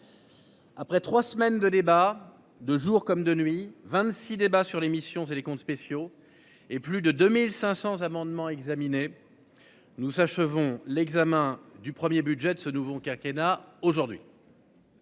Après 3 semaines de débats, de jour comme de nuit, 26, débat sur les missions et les comptes spéciaux et plus de 2500 amendements examinés. Nous achevons l'examen du 1er budget de ce nouveau quinquennat aujourd'hui.--